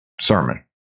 sermon